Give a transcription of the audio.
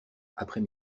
après